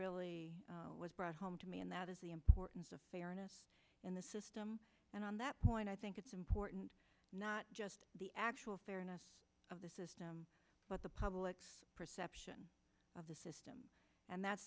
really was brought home to me and that is the importance of fairness in the system and on that point i think it's important not just the actual fairness of the system but the public perception of the system and that's